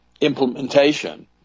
implementation